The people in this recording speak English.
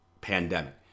pandemic